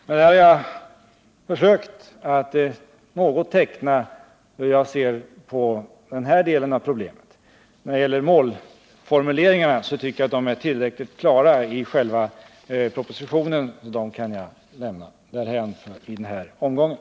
Med detta har jag försökt att något teckna hur jag ser på den här delen av problemet. Målformuleringarna tycker jag är tillräckligt klara i själva propositionen, och dem kan jag lämna därhän för tillfället.